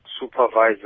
supervisor